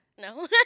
No